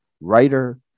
writer